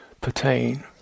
pertain